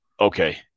Okay